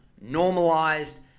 normalized